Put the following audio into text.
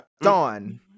Dawn